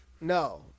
No